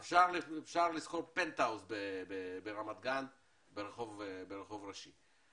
--- אפשר לשכור פנטהאוז ברמת גן ברחוב ראשי.